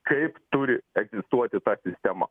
kaip turi egzistuoti ta sisitema